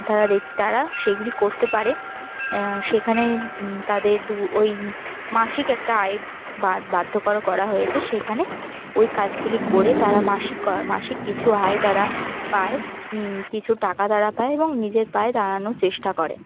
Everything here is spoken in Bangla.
তারা দেখ তারা সেইগুলি করতে পারে সেখানে তাদের দু ওই মাসিক একটা আয়ের বাধ্য করো করা হয়েছে সেইখানে ওই কাজগুলি করে তারা মাসিক মাসিক কিছু আয় তারা পায় কিছু টাকা তারা পায় এবং নিজের পায়ে দাঁড়ানোর চেষ্টা করে